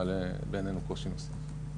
מעלה ביננו קושי מסוים.